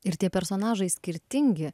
ir tie personažai skirtingi